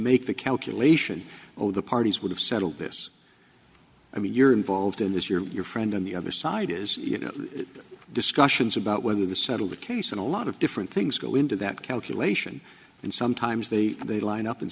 make the calculation or the parties would have settled this i mean you're involved in this your friend on the other side is you know discussions about whether the settle the case and a lot of different things go into that calculation and sometimes they they line up and